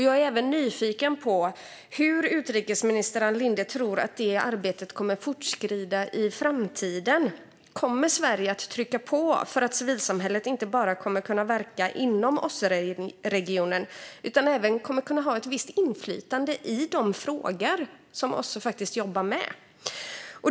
Jag är även nyfiken på hur utrikesminister Ann Linde tror att detta arbete kommer att fortskrida i framtiden. Kommer Sverige att trycka på för att civilsamhället inte bara ska kunna verka inom OSSE-regionen utan även ska kunna ha ett visst inflytande i de frågor som OSSE faktiskt jobbar med?